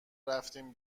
رفتیم